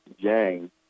Jang